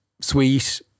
sweet